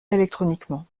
électroniquement